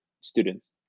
students